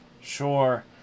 Sure